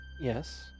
Yes